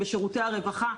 בשירותי הרווחה,